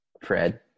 fred